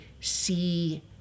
see